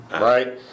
right